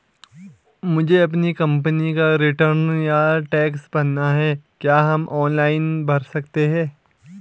मुझे अपनी कंपनी का रिटर्न या टैक्स भरना है क्या हम ऑनलाइन भर सकते हैं?